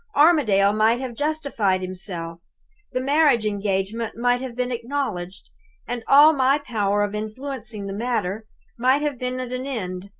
armadale might have justified himself the marriage engagement might have been acknowledged and all my power of influencing the matter might have been at an end.